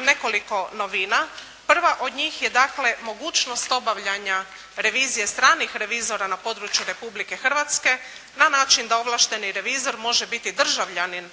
nekoliko novina. Prva od njih je dakle mogućnost obavljanja revizije stranih revizora na području Republike Hrvatske na način da ovlašteni revizor može biti državljanin